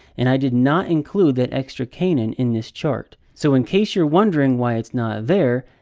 and i did not include that extra cainan in this chart. so in case you're wondering why it's not there,